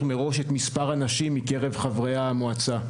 מראש את מספר הנשים מקרב חברי המועצה,